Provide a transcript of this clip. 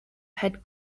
had